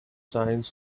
signs